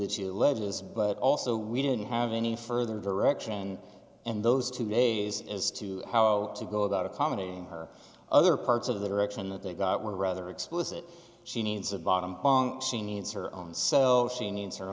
that you allege is but also we didn't have any further direction and those two days as to how to go about accommodating other parts of the direction that they got were rather explicit she needs a bottom bunk she needs her own so she needs her